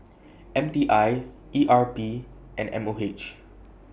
M T I E R P and M O H